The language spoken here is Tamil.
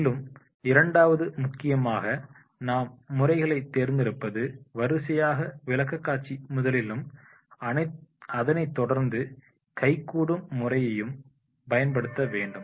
மேலும் இரண்டாவது முக்கியமாக நாம் முறைகளை தேர்ந்தெடுப்பது வரிசையாக விளக்கக்காட்சி முதலிலும் அதனைத்தொடர்ந்து கைக்கூடும் முறையும் பயன்படுத்த வேண்டும்